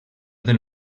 del